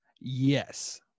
Yes